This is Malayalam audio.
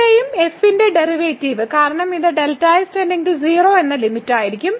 ഇവിടെയും f ന്റെയും ഡെറിവേറ്റീവ് കാരണം ഇത് Δx → 0 എന്ന ലിമിറ്റായിരിക്കും